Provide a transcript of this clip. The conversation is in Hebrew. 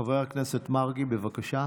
חבר הכנסת מרגי, בבקשה.